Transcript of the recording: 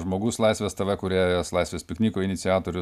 žmogus laisvės tv kūrėjas laisvės pikniko iniciatorius